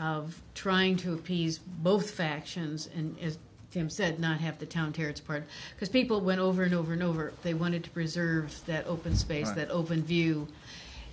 of trying to appease both factions and as jim said not have the town tear its part because people went over and over and over they wanted to preserve that open space that open view